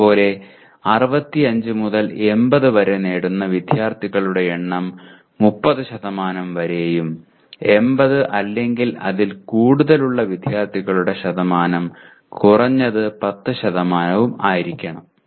അതുപോലെ 65 മുതൽ 80 നേടുന്ന വിദ്യാർത്ഥികളുടെ എണ്ണം 30 വരെയും 80 അല്ലെങ്കിൽ അതിൽ കൂടുതലുള്ള വിദ്യാർത്ഥികളുടെ ശതമാനം കുറഞ്ഞത് 10 ആയിരിക്കണം